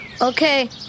Okay